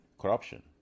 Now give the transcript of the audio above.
corruption